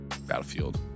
Battlefield